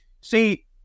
see